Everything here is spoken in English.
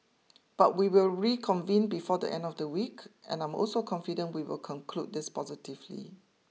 but we will reconvene before the end of the week and I'm also confident we will conclude this positively